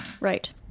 Right